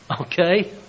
Okay